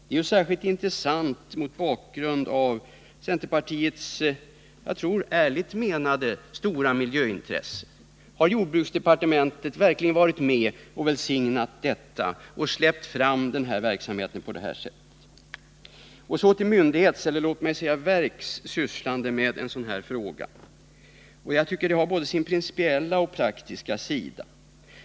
Det är ju särskilt intressant mot bakgrund av centerpartiets, som jag uppfattar det, ärligt menade stora intresse för miljövårdsfrågor. Har jordbruksdepartementet verkligen varit med och välsignat och släppt fram verksamheten på det här sättet? Så till myndighets eller — låt mig säga — verks sysslande med en sådan här fråga. Jag tycker att detta har sin både principiella och praktiska sida.